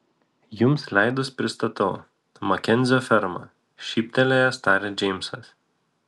jums leidus pristatau makenzio ferma šyptelėjęs tarė džeimsas